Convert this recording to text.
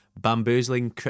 Bamboozling